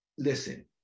Listen